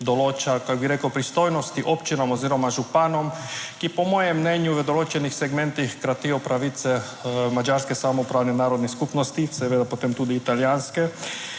določa, kako bi rekel, pristojnosti občinam oziroma županom, ki po mojem mnenju v določenih segmentih kratijo pravice madžarske samoupravne narodne skupnosti, seveda potem tudi italijanske.